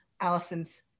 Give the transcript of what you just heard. Allison's